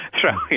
throw